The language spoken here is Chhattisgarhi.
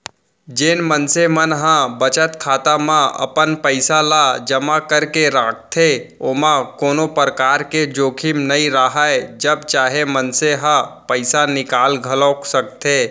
जेन मनसे मन ह बचत खाता म अपन पइसा ल जमा करके राखथे ओमा कोनो परकार के जोखिम नइ राहय जब चाहे मनसे ह पइसा निकाल घलौक सकथे